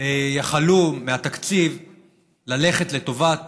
יכלו ללכת לטובת